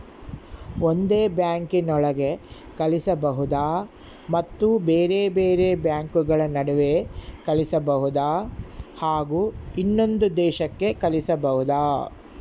ಒಂದೇ ಬ್ಯಾಂಕಿನೊಳಗೆ ಕಳಿಸಬಹುದಾ ಮತ್ತು ಬೇರೆ ಬೇರೆ ಬ್ಯಾಂಕುಗಳ ನಡುವೆ ಕಳಿಸಬಹುದಾ ಹಾಗೂ ಇನ್ನೊಂದು ದೇಶಕ್ಕೆ ಕಳಿಸಬಹುದಾ?